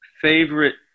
favorite